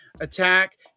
attack